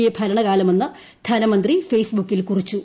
A ഭരണകാലമെന്ന് ധനമന്ത്രി ഫേസ്ബുക്കിൽ കുറിച്ചു